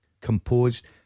composed